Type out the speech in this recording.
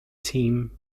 team